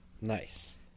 Nice